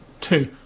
two